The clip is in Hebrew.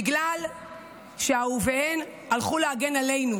בגלל שאהוביהן הלכו להגן עלינו,